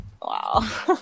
Wow